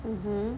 mmhmm